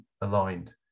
aligned